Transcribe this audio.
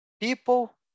people